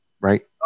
right